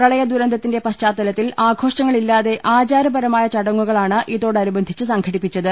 പ്രളയദുരന്ത ത്തിന്റെ പശ്ചാത്തലത്തിൽ ആഘോഷങ്ങളില്ലാതെ ആചാരപരമായ ചട ങ്ങുകളാണ് ഇതോടനുബന്ധിച്ച് സംഘടിപ്പിച്ചത്